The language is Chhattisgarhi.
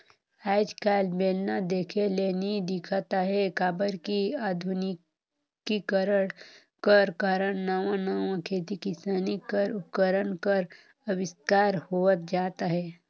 आएज काएल बेलना देखे ले नी दिखत अहे काबर कि अधुनिकीकरन कर कारन नावा नावा खेती किसानी कर उपकरन कर अबिस्कार होवत जात अहे